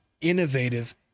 innovative